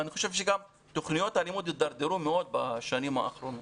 אני חושב שתכניות הלימוד התדרדרו מאוד בשנים האחרונות.